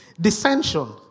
dissension